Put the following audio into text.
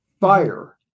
fire